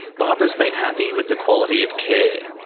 barbara's been happy with the quality of care.